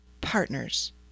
Partners